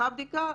ונערכה בדיקה,